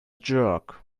jerk